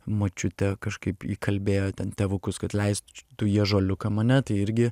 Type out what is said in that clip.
močiutė kažkaip įkalbėjo ten tėvukus kad leistų į ąžuoliuką mane tai irgi